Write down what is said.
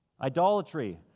Idolatry